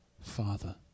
Father